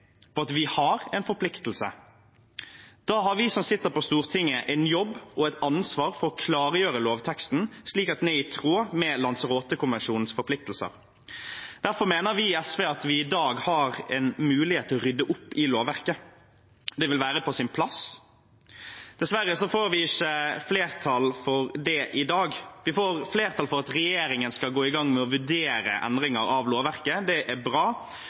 på at vi har en forpliktelse, da har vi som sitter på Stortinget, en jobb med og et ansvar for å klargjøre lovteksten slik at den er i tråd med Lanzarote-konvensjonens forpliktelser. Derfor mener vi i SV at vi i dag har en mulighet til å rydde opp i lovverket. Det ville være på sin plass. Dessverre får vi ikke flertall for det i dag. Vi får flertall for at regjeringen skal gå i gang med å vurdere endringer av lovverket. Det er bra